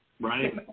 Right